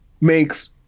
makes